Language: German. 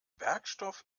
werkstoff